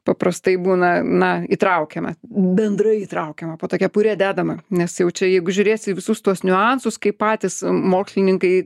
paprastai būna na įtraukiama bendrai įtraukiama po ta kepure dedama nes jau čia jeigu žiūrėsi į visus tuos niuansus kaip patys mokslininkai